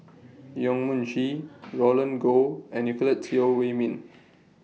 Yong Mun Chee Roland Goh and Nicolette Teo Wei Min